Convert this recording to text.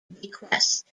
bequest